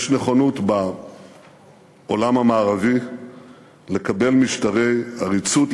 יש נכונות בעולם המערבי לקבל משטרי עריצות,